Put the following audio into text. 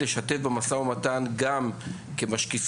לשתף במשא ומתן כמשקיפים,